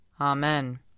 Amen